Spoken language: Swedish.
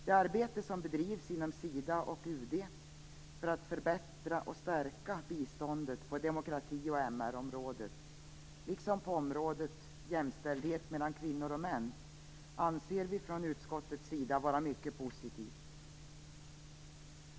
Det arbete som bedrivs inom Sida och UD för att förbättra och stärka biståndet på demokrati och MR-området, liksom på området jämställdhet mellan kvinnor och män, anser vi från utskottets sida vara mycket positivt.